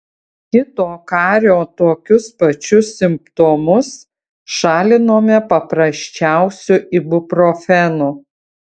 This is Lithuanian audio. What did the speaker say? kito kario tokius pačius simptomus šalinome paprasčiausiu ibuprofenu